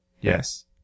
Yes